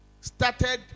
started